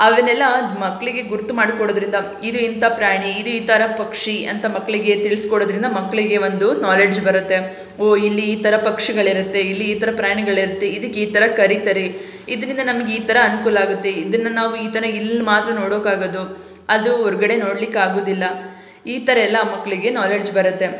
ಅವನ್ನೆಲ್ಲ ಮಕ್ಕಳಿಗೆ ಗುರುತು ಮಾಡಿಕೊಡೋದ್ರಿಂದ ಇದು ಇಂಥ ಪ್ರಾಣಿ ಇದು ಈ ಥರ ಪಕ್ಷಿ ಅಂತ ಮಕ್ಕಳಿಗೆ ತಿಳಿಸ್ಕೊಡೋದ್ರಿಂದ ಮಕ್ಕಳಿಗೆ ಒಂದು ನಾಲೆಡ್ಜ್ ಬರುತ್ತೆ ಓ ಇಲ್ಲಿ ಈ ಥರ ಪಕ್ಷಿಗಳಿರುತ್ತೆ ಇಲ್ಲಿ ಈ ಥರ ಪ್ರಾಣಿಗಳಿರುತ್ತೆ ಇದಕ್ಕೆ ಈ ಥರ ಕರಿತಾರೆ ಇದರಿಂದ ನಮ್ಗೆ ಈ ಥರ ಅನುಕೂಲಾಗತ್ತೆ ಇದನ್ನು ನಾವು ಈ ಥರ ಇಲ್ಲಿ ಮಾತ್ರ ನೋಡೋಕ್ಕಾಗೋದು ಅದು ಹೊರ್ಗಡೆ ನೋಡಲಿಕ್ಕಾಗುದಿಲ್ಲ ಈ ಥರ ಎಲ್ಲ ಮಕ್ಕಳಿಗೆ ನಾಲೆಡ್ಜ್ ಬರುತ್ತೆ